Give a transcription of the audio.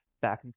back